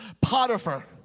potiphar